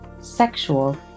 sexual